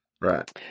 Right